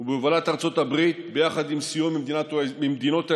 ובהובלת ארצות הברית, ביחד עם סיוע ממדינות האזור,